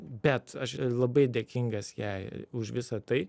bet aš labai dėkingas jai už visą tai